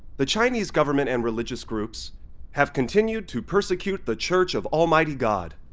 the chinese government and religious groups have continued to persecute the church of almighty god.